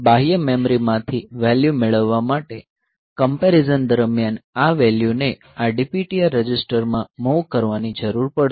બાહ્ય મેમરી માંથી વેલ્યુ મેળવવા માટે કમ્પેરીઝન દરમિયાન આ વેલ્યુને આ DPTR રજિસ્ટરમાં મૂવ કરવાની જરૂર પડશે